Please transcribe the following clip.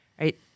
right